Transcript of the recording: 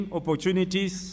opportunities